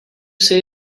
say